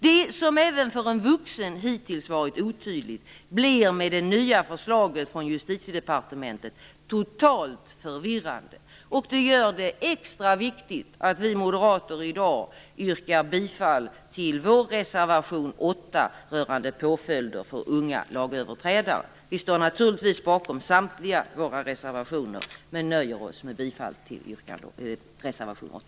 Det som även för en vuxen hittills varit otydligt blir med det nya förslaget från Justitiedepartementet totalt förvirrande. Det gör det extra viktigt att vi moderater i dag yrkar bifall till vår reservation 8 rörande påföljder för unga lagöverträdare. Vi står naturligtvis bakom samtliga våra reservationer men nöjer oss med att yrka bifall till reservation 8.